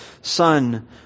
son